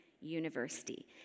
University